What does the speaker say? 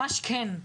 ממש כן.